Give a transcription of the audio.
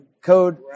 code